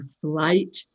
flight